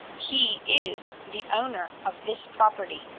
he is the owner of this property.